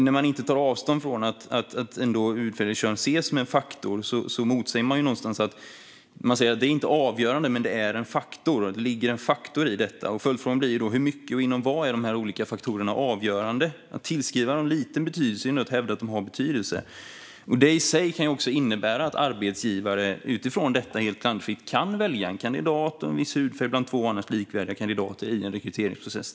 När man inte tar avstånd från att hudfärg eller kön ses som en faktor - man säger inte att det är avgörande, men det är en faktor - blir följdfrågan: Hur mycket och inom vad är dessa olika faktorer avgörande? Att tillskriva dem en liten betydelse är ändå att hävda att de har betydelse. Det kan också innebära att arbetsgivare helt klanderfritt kan välja en kandidat med en viss hudfärg bland två annars likvärdiga kandidater i en rekryteringsprocess.